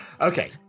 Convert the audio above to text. Okay